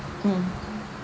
hmm